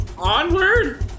Onward